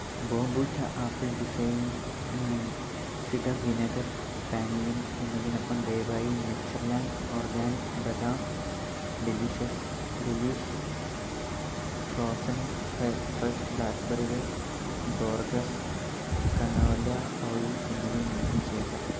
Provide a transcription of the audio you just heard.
ബോംബൂച്ച apple design cider vinegar പാനീയം എന്നതിനൊപ്പം ദയവായി നേച്ചർലാൻഡ് ഓർഗാനിക്ക് ബദാം ഡെലിഷസ് ഡെലീഷ് ഫ്രോസൺ ഫ്ര ഫ്രഷ് ബ്ലാക്ക്ബെറികൾ ബോർഗസ് കനോല ഓയിൽ എന്നിവയും നീക്കം ചെയ്യുക